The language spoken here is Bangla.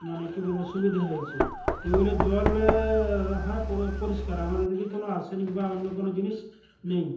মানে কী বলব সুবিধা হয়েছে টিউবওয়েলের জল হ্যাঁ পরিষ্কার আমাদের দিকে কোনো আর্সেনিক বা অন্য কোনো জিনিস নেই